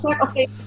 okay